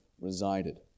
resided